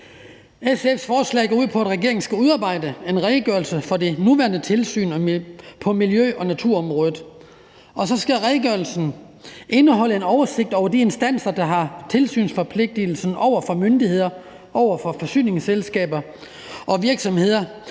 SF's forslag går ud på, at regeringen skal udarbejde en redegørelse for det nuværende tilsyn på miljø- og naturområdet, og så skal redegørelsen indeholde en oversigt over de instanser, der har tilsynsforpligtelsen over for myndigheder, forsyningsselskaber og virksomheder,